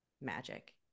magic